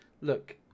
look